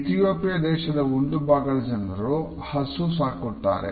Ethiopia ದೇಶದ ಒಂದು ಭಾಗದ ಜನರು ಹಸು ಹಾಕುತ್ತಾರೆ